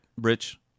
Rich